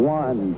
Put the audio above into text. one